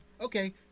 okay